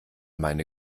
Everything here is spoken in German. meine